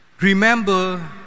remember